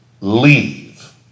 leave